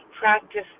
practice